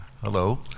hello